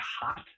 hot